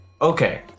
Okay